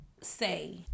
Say